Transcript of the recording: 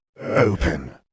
Open